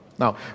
Now